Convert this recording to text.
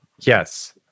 Yes